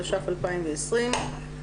התש"ף-2020.